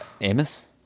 Amos